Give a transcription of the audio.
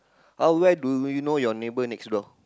how well do you know your neighbour next door